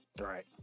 Right